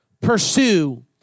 pursue